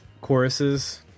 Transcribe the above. choruses